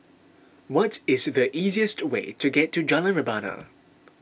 what is the easiest way to get to Jalan Rebana